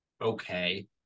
okay